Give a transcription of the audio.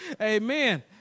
Amen